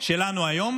שלנו היום.